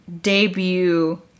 debut